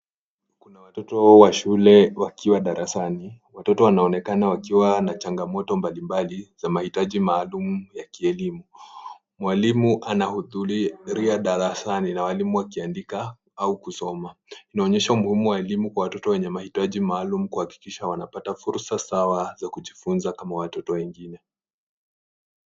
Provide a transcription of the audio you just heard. Kuna watoto wa shule wakiwa darasani. Watoto wanaonekana wakiwa na changamoto mbalimbali za mahitaji maalum ya kielimu. Mwalimu anahudhuria darasani na walimu wakiandika au kusoma. Inaonyesha umuhimu wa elimu kwa watoto wenye mahitaji maalum kuhakikisha wanapata fursa sawa za kujifunza kama watoto wengine.